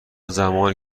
زمانی